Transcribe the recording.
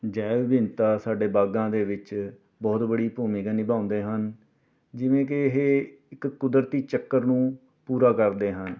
ਜੈਵ ਵਿਭਿੰਨਤਾਂ ਸਾਡੇ ਬਾਗਾਂ ਦੇ ਵਿੱਚ ਬਹੁਤ ਬੜੀ ਭੂਮਿਕਾ ਨਿਭਾਉਂਦੇ ਹਨ ਜਿਵੇਂ ਕਿ ਇਹ ਇੱਕ ਕੁਦਰਤੀ ਚੱਕਰ ਨੂੰ ਪੂਰਾ ਕਰਦੇ ਹਨ